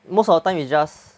most of the time is just